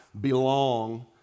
belong